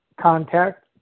contact